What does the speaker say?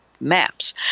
maps